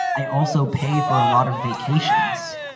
i also pay for a lot of vacations.